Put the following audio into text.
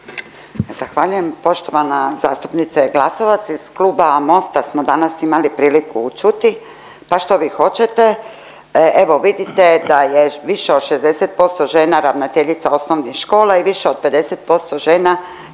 Zahvaljujem. Poštovana zastupnice Glasovac iz Kluba MOST-a smo danas imali priliku čuti, da što vi hoćete, evo vidite da je više od 60% žena ravnateljica osnovnih škola i više od 50% žena